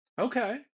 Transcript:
Okay